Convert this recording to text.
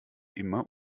immer